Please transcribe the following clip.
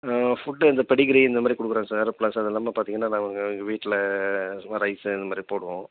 food இந்த Pedigree இந்த மாதிரி கொடுக்குறோம் சார் ப்ளஸ் அது இல்லாமல் பார்த்தீங்கன்னா நாங்கள் எங்கள் வீட்டில் சும்மா ரைஸு அந்த மாதிரி போடுவோம்